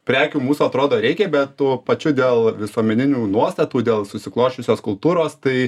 prekių mūsų atrodo reikia bet tuo pačiu dėl visuomeninių nuostatų dėl susiklosčiusios kultūros tai